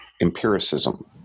empiricism